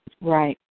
Right